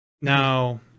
Now